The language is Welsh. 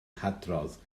hadrodd